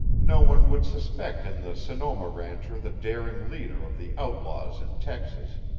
no one would suspect in the sonoma rancher the daring leader of the outlaws in texas.